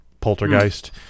poltergeist